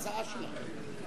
יש הצעה שלכם.